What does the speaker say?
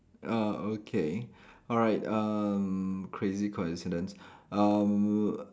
uh okay alright um crazy coincidence um